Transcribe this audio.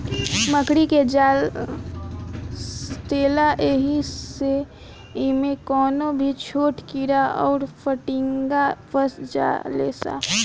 मकड़ी के जाल सटेला ऐही से इमे कवनो भी छोट कीड़ा अउर फतीनगा फस जाले सा